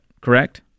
Correct